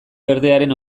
berdearen